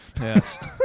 Yes